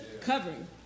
covering